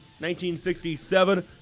1967